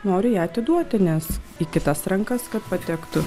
noriu ją atiduoti nes į kitas rankas kad patektų